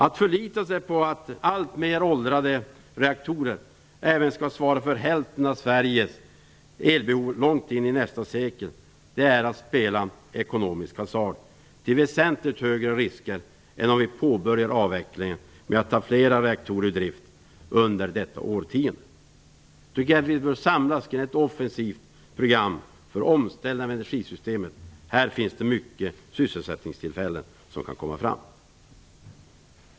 Att förlita sig på att alltmer åldrade reaktorer även skall svara för hälften av Sveriges elbehov långt in i nästa sekel är att spela ekonomisk hasard, till väsentligt högre risker än om vi påbörjar avvecklingen med att ta flera reaktorer ur drift under detta årtionde. Vi bör samlas kring ett offensivt program för omställning av energisystemet. Här kan många sysselsättningstillfällen komma fram.